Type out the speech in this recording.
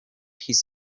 his